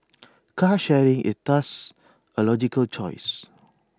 car sharing is thus A logical choice